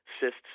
cysts